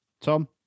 Tom